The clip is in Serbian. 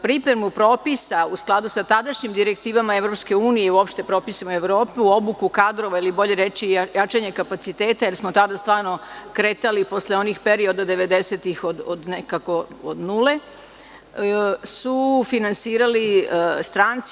Pripremu propisa, u skladu sa tadašnjim direktivama EU i uopšte propisima Evrope, obuku kadrova ili bolje reći jačanje kapaciteta, jer smo tada stvarno kretali posle onih perioda devedesetih od nule, su finansirali stranci.